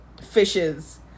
fishes